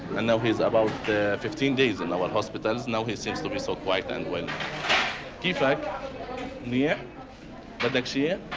and now he's about fifteen days in our hospitals now he seems to be so quite and when he fac mia the next year